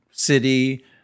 city